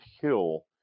Hill